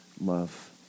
love